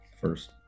first